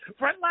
Frontline